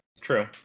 True